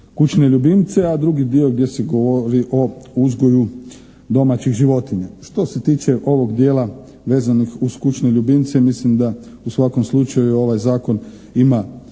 kućne ljubimce, a drugi dio gdje se govori o uzgoju domaćih životinja. Što se tiče ovog dijela vezanih uz kućne ljubimce, mislim da u svakom slučaju ovaj Zakon ima